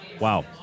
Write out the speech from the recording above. wow